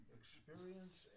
experience